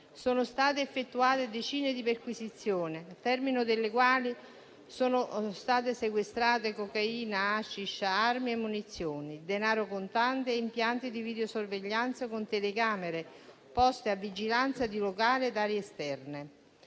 Sono state effettuate decine di perquisizioni, al termine delle quali sono state sequestrate cocaina, *hashish*, armi e munizioni, denaro contante, impianti di videosorveglianza con telecamere poste a vigilanza di locali ed aree esterne.